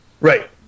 Right